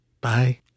bye